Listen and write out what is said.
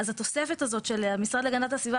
אז התוספת הזאת של המשרד להגנת הסביבה